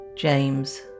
James